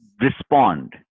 respond